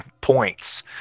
points